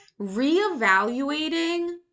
reevaluating